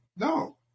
no